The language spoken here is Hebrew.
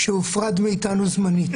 שהופרד מאיתנו זמנית.